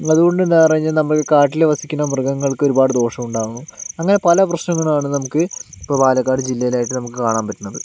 അതുകൊണ്ടു എന്താ ഉണ്ടാവുക എന്നു പറഞ്ഞാൽ നമ്മൾ കാട്ടില് വസിക്കുന്ന മൃഗങ്ങൾക്ക് ഒരുപാട് ദോഷം ഉണ്ടാവും അങ്ങനെ പല പ്രശ്നങ്ങൾ ആണ് നമുക്ക് ഇപ്പോൾ പാലക്കാട് ജില്ലയിലായിട്ട് നമുക്ക് കാണാൻ പറ്റുന്നത്